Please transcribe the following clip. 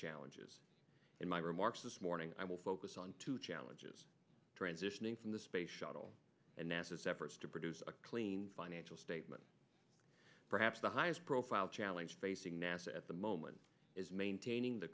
challenges in my remarks this morning i will focus on two challenges transitioning from the space shuttle and nasa separates to produce a clean financial statement perhaps the highest profile challenge facing nasa at the moment is maintaining the